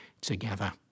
together